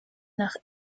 nach